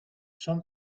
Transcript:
son